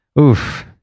Oof